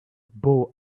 bow